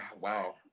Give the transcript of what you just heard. wow